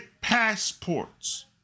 passports